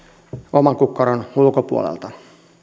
oman kukkaron ulkopuolelta